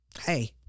hey